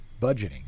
budgeting